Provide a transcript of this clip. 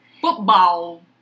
Football